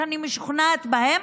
שאני משוכנעת בהם,